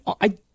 I-